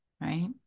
right